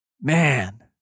man